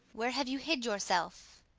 where have you hid yourself?